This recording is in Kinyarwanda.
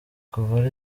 kuva